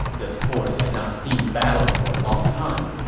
this horse had not seen battle for a long time.